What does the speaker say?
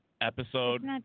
episode